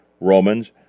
Romans